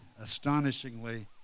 astonishingly